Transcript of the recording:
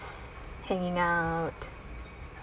hanging out